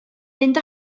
mynd